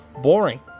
boring